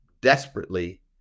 desperately –